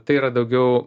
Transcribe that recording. tai yra daugiau